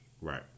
right